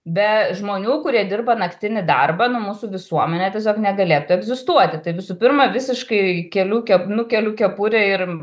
be žmonių kurie dirba naktinį darbą nu mūsų visuomenė tiesiog negalėtų egzistuoti tai visų pirma visiškai keliu ke nukeliu kepurę ir